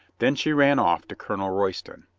then she ran off to colonel royston.